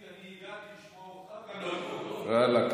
אני הגעתי לשמוע אותך ואני לא, ואלכ.